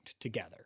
together